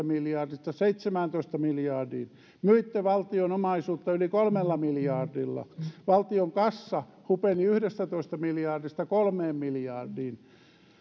miljardista seitsemääntoista miljardiin myitte valtion omaisuutta yli kolmella miljardilla valtion kassa hupeni yhdestätoista miljardista kolmeen miljardiin